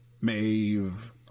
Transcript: Maeve